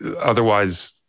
otherwise